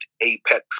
apex